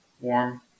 Warm